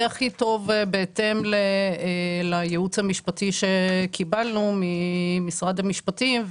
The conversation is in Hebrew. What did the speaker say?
זה הכי טוב בהתאם לייעוץ המשפטי שקיבלנו ממשרד המשפטים,